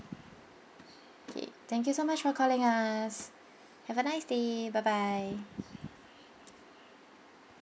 okay thank you so much for calling us have a nice day bye bye